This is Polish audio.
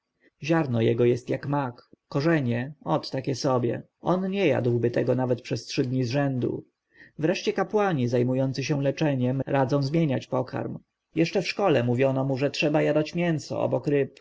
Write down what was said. ziarno jego jest jak mak korzenie ot takie sobie on nie jadłby tego nawet przez trzy dni zrzędu wreszcie kapłani zajmujący się leczeniem radzą zmieniać pokarm jeszcze w szkole mówiono mu że trzeba jadać mięso